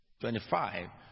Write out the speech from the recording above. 25